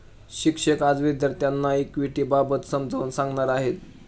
शिक्षक आज विद्यार्थ्यांना इक्विटिबाबत समजावून सांगणार आहेत